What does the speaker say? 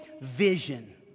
vision